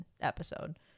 episode